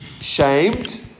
shamed